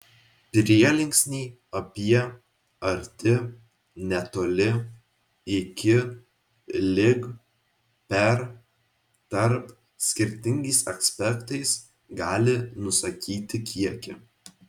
prielinksniai apie arti netoli iki lig per tarp skirtingais aspektais gali nusakyti kiekį